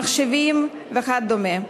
למחשבים וכדומה.